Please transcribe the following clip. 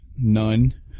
None